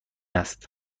است